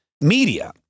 media